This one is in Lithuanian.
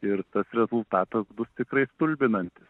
ir tas rezultatas bus tikrai stulbinantis